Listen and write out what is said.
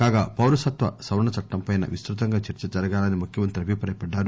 కాగా పౌరసత్వ సవరణ చట్టం పై విస్తృతంగా చర్చ జరగాలని ముఖ్యమంత్రి అభిప్రాయపడ్డారు